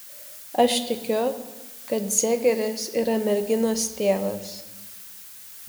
aš tikiu kad zegeris yra merginos tėvas